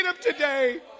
today